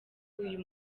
uyu